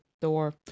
door